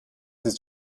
ist